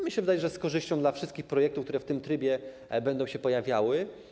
Mnie się wydaje, że z korzyścią dla wszystkich projektów, które w tym trybie będą się pojawiały.